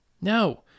No